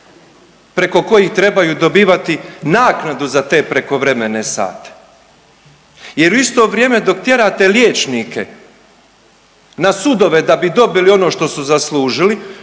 preko kojih trebaju dobivati naknadu za te prekovremene sate. Jer u isto vrijeme dok tjerate liječnike na sudove da bi dobili ono što su zaslužili